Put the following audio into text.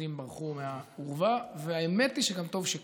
הסוסים ברחו מהאורווה, והאמת היא שגם טוב שכך.